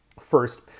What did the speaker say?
First